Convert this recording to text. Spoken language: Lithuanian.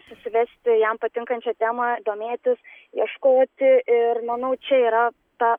susivesti jam patinkančią temą domėtis ieškoti ir manau čia yra ta